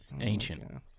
Ancient